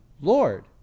Lord